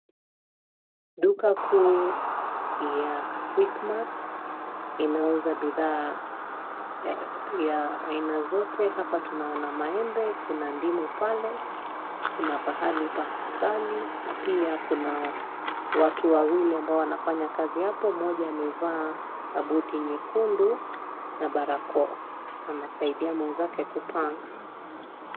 Duka kuu ya Quickmart inauza bidhaa ya aina zote; hapa tunaona maembe, kuna ndimu pale kuna pahali pa asali na pia kuna watu wawili ambao wanafanya kazi hapo. Mmoja amevaa kabuti nyekundu na barakoa, anasaidia mwenzake kupanga.